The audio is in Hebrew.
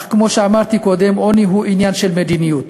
אך כמו שאמרתי קודם, עוני הוא עניין של מדיניות.